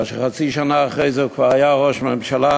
כאשר חצי שנה אחרי זה הוא כבר היה ראש ממשלה,